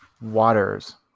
waters